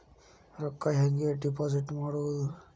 ರೊಕ್ಕ ಹೆಂಗೆ ಡಿಪಾಸಿಟ್ ಮಾಡುವುದು?